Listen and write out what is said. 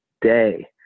day